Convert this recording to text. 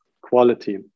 quality